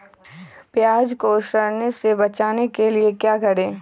प्याज को सड़ने से बचाने के लिए क्या करें?